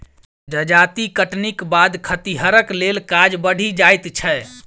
जजाति कटनीक बाद खतिहरक लेल काज बढ़ि जाइत छै